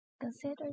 Consider